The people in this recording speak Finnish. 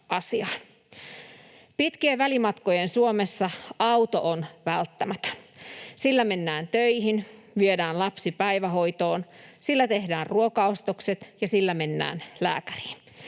Pitkien välimatkojen Suomessa auto on välttämätön. Sillä mennään töihin, viedään lapsi päivähoitoon, sillä tehdään ruokaostokset ja sillä mennään lääkäriin.